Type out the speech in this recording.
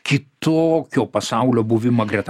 kitokio pasaulio buvimą greta